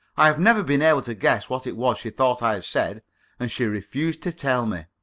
i have never been able to guess what it was she thought i had said and she refused to tell me.